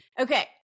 okay